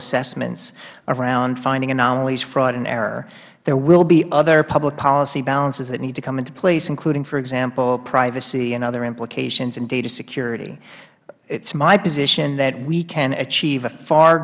assessments around finding anomalies fraud and error there will be other public policy balances that need to come into place including for example privacy and other implications and data security it is my position that we can achieve a far